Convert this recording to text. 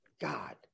God